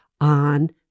on